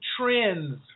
trends